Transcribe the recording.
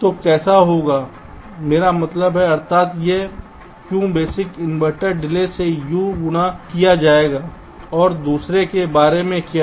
तो कैसे होगा मेरा मतलब है अर्थात् यह क्यों बेसिक इनवर्टर डिले से U गुणा किया जाएगा और दूसरे के बारे में क्या कि